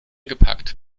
gepackt